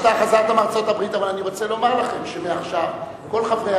אבל אני רוצה לומר לכם שמעכשיו כל חברי